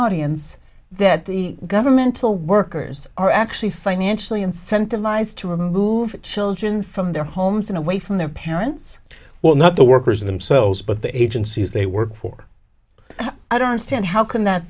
audience that the governmental workers are actually financially incentivized to remove children from their homes and away from their parents well not the workers themselves but the agencies they work for i don't understand how can that